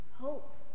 Hope